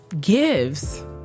gives